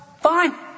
fine